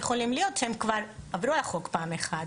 שהם כבר עברו על החוק פעם אחת,